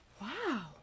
Wow